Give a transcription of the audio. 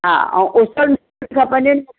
हा ऐं